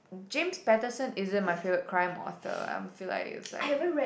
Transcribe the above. James-Patterson isn't my favourite crime author I'm feel like it's like